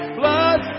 blood